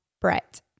Brett